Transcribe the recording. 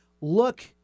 look